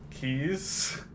Keys